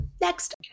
Next